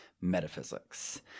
metaphysics